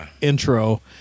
intro